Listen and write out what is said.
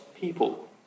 people